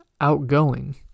outgoing